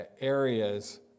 areas